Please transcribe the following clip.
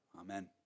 Amen